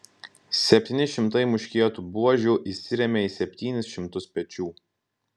septyni šimtai muškietų buožių įsirėmė į septynis šimtus pečių